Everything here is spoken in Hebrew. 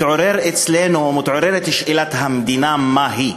מתעוררת שאלת המדינה מהי.